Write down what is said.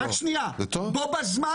בו בזמן,